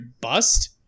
bust